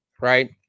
right